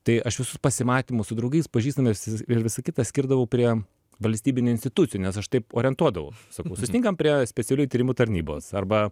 tai aš visus pasimatymus su draugais pažįstamais ir visa kita skirdavau prie valstybinių institucijų nes aš taip orientuodavau sakau susitinkam prie specialiųjų tyrimų tarnybos arba